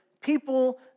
people